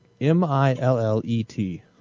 M-I-L-L-E-T